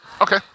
Okay